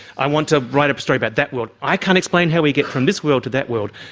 i want to write a story about that world, i can't explain how we get from this world to that world,